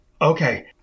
Okay